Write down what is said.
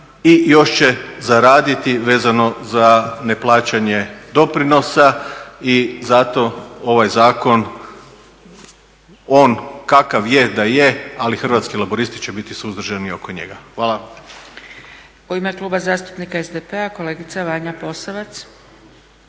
i još će zaraditi vezano za neplaćanje doprinosa. I zato ovaj zakon on kakav je da je ali Hrvatski laburisti će biti suzdržani oko njega. Hvala. **Zgrebec, Dragica (SDP)** U ime Kluba zastupnika SDP-a kolegica Vanja POsavac.